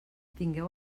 tingueu